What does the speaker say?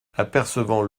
apercevant